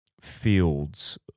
fields